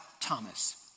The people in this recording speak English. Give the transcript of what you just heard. Thomas